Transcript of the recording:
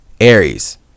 Aries